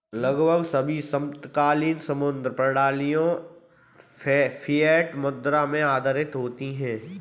लगभग सभी समकालीन मुद्रा प्रणालियाँ फ़िएट मुद्रा पर आधारित होती हैं